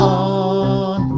on